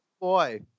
boy